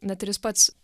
net ir jis pats